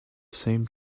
same